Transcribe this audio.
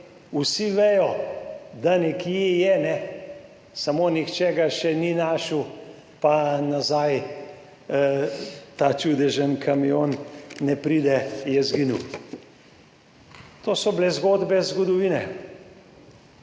vsi vejo, da nekje je, samo nihče ga še ni našel, pa nazaj ta čudežen kamion ne pride, je izginil. To so bile zgodbe iz zgodovine.